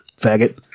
faggot